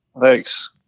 Thanks